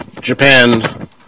japan